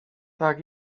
tak